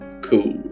Cool